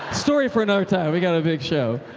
story for another time. we got a big show.